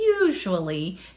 usually